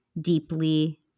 deeply